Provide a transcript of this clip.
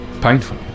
Painful